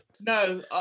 No